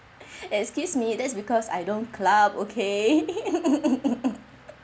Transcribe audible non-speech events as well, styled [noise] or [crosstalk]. excuse me that's because I don't club okay [laughs]